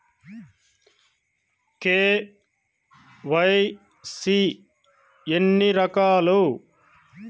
KYC ఎన్ని రకాలు?